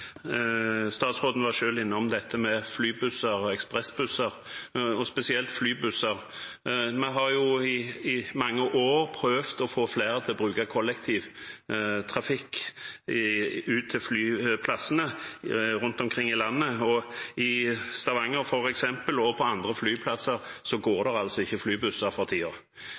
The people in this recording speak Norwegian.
Statsråden var selv innom dette med flybusser og ekspressbusser, og spesielt flybusser. Vi har i mange år prøvd å få flere til å bruke kollektivtrafikk ut til flyplassene rundt omkring i landet, men i f.eks. Stavanger og på andre flyplasser går det altså ikke flybusser